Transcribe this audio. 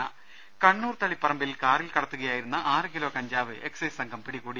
രദേഷ്ടെടു കണ്ണൂർ തളിപ്പറമ്പിൽ കാറിൽ കടത്തുകയായിരുന്ന ആറ് കിലോ കഞ്ചാവ് എക്സൈസ് സംഘം പിടികൂടി